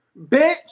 Bitch